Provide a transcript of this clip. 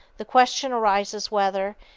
the question arises whether,